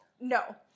No